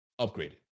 upgraded